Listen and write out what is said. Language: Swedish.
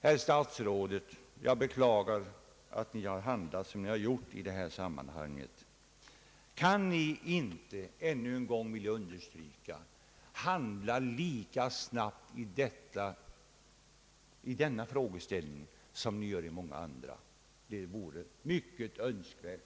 Herr statsrådet, jag beklagar att ni har handlat som ni gjort i detta sammanhang. Än en gång vill jag understryka: Handla lika snabbt i denna frågeställning som ni gör i många andra! Det vore mycket önskvärt.